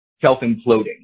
self-imploding